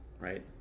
right